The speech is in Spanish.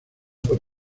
por